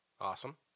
Awesome